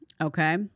okay